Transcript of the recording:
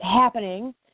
happening